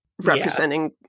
representing